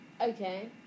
Okay